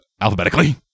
alphabetically